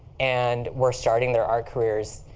and were starting their art careers,